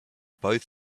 both